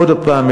עוד הפעם,